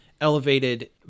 elevated